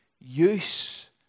use